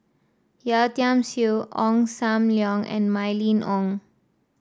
Yeo Tiam Siew Ong Sam Leong and Mylene Ong